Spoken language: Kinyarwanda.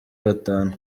batanu